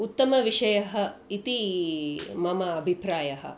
उत्तमविषयः इति मम अभिप्रायः